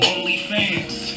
OnlyFans